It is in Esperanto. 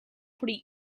pri